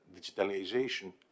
digitalization